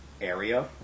area